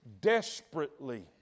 desperately